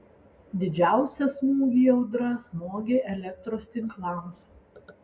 didžiausią smūgį audra smogė elektros tinklams